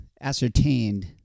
ascertained